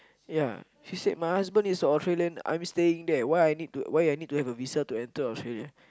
ya she said my husband is Australian I'm staying there why I need to why I need to have a visa to enter Australia